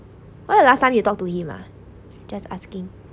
why you last time you talk to him ha just asking